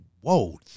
Whoa